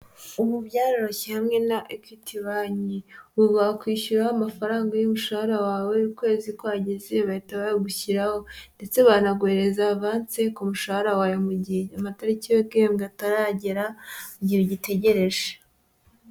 Ubu byaroroshye hamwe na Equity banki, ubu bakwishyuraho amafaranga y'umushahara wawe ukwezi kwageze bahita bawushyiraho ndetse banakohereza avansi ku mushahara wawe, mu gihe amatariki gambe ataragera mu gihe ugitegereje.